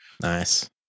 Nice